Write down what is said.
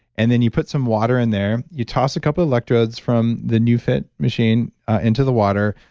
and then you put some water in there, you toss a couple of electrodes from the neufit machine into the water,